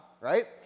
right